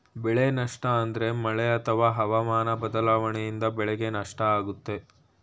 ಬೆಳೆ ನಷ್ಟ ಅಂದ್ರೆ ಮಳೆ ಅತ್ವ ಹವಾಮನ ಬದ್ಲಾವಣೆಯಿಂದ ಬೆಳೆಗೆ ನಷ್ಟ ಆಗುತ್ತೆ